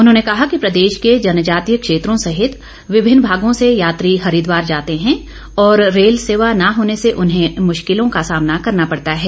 उन्होंने कहा कि प्रदेश के जनजातीय क्षेत्रों सहित विभिन्न भागों से यात्री हरिद्वार जाते है और रेल सेवा न होने से उन्हें मुश्किलों का सामना करना पड़ता है